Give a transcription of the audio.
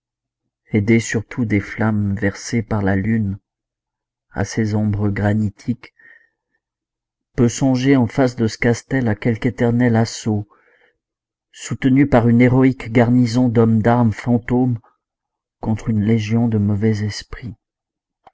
aidée surtout des flammes versées par la lune à ces ombres granitiques peut songer en face de ce castel à quelque éternel assaut soutenu par une héroïque garnison d'hommes d'armes fantômes contre une légion de mauvais esprits